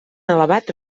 elevat